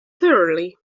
thoroughly